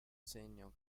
segno